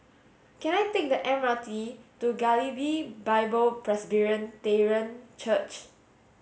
can I take the M R T to Galilee Bible Presbyterian Church